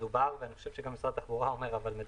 ואני חושב שגם משרד התחבורה אומר את זה,